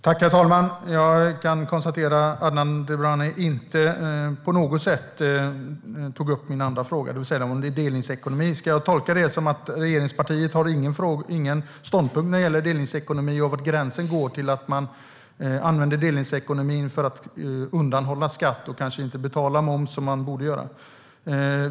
Herr talman! Jag kan konstatera att Adnan Dibrani inte alls tog upp min andra fråga om delningsekonomin. Ska jag tolka det som att regeringspartiet inte har någon ståndpunkt när det gäller delningsekonomin och var gränsen går när det gäller att använda delningsekonomin för att undanhålla skatt och kanske inte betala moms som man borde göra?